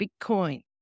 Bitcoin